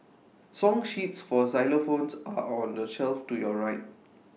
song sheets for xylophones are on the shelf to your right